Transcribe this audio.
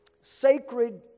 sacred